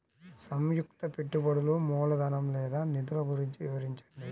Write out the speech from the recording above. సంయుక్త పెట్టుబడులు మూలధనం లేదా నిధులు గురించి వివరించండి?